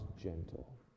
gentle